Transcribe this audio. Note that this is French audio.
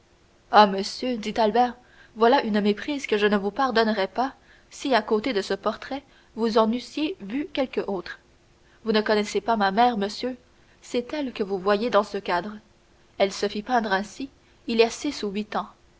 ah monsieur dit albert voilà une méprise que je ne vous pardonnerais pas si à côté de ce portrait vous en eussiez vu quelque autre vous ne connaissez pas ma mère monsieur c'est elle que vous voyez dans ce cadre elle se fit peindre ainsi il y a six ou huit ans